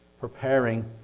preparing